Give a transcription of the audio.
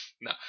No